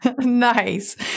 Nice